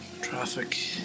Traffic